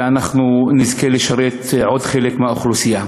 ואנחנו נזכה לשרת עוד חלק מהאוכלוסייה.